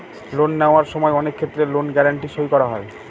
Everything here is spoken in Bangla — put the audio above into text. লোন নেওয়ার সময় অনেক ক্ষেত্রে লোন গ্যারান্টি সই করা হয়